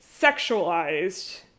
sexualized